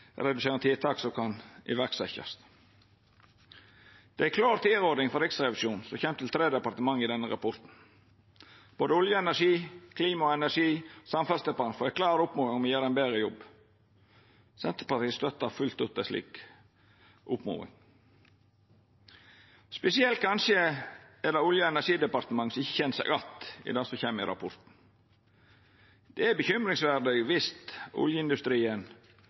tiltak som kan setjast i verk. Det er ei klar tilråding frå Riksrevisjonen som kjem til tre departement i denne rapporten. Både Olje- og energidepartementet, Klima- og miljødepartementet og Samferdselsdepartementet får ei klar oppmoding om å gjera ein betre jobb. Senterpartiet støttar fullt ut den oppmodinga. Det er kanskje spesielt Olje- og energidepartementet som ikkje kjenner seg att i det som står i rapporten. Det er bekymringsverdig viss oljeindustrien